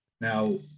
now